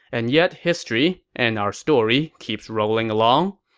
and yet history, and our story, keeps rolling along,